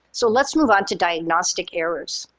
so let's move on to diagnostic errors.